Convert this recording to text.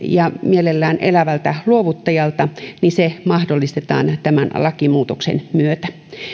ja mielellään elävältä luovuttajalta se mahdollistetaan tämän lakimuutoksen myötä